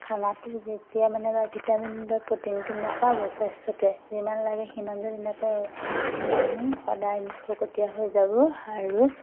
খানাটো যেতিয়া মানে বা ভিটামিন বা প্ৰ'টিনটো নেপাব স্বাস্থ্যটোৱে যিমান লাগে সিমান যদি নেপাওঁ মানুহ সদায় নিশকতীয়া হৈ যাব আৰু